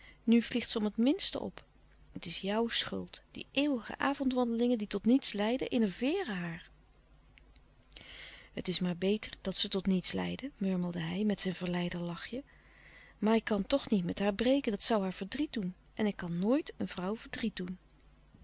nu vliegt ze om het minste op het is jouw schuld die eeuwige avondwandelingen die tot niets leiden enerveeren haar het is maar beter dat ze tot niets leiden murmelde hij met zijn verleiderlachje maar ik kan toch niet met haar breken dat zoû haar verdriet doen en ik kan nooit een vrouw verdriet doen